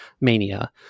Mania